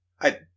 I-